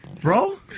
Bro